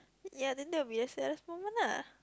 ya then that will be the saddest moment lah